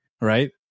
right